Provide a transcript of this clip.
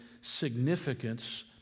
significance